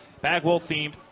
Bagwell-themed